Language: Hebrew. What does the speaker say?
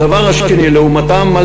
הדבר השני: לעומתם,